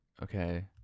Okay